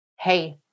hey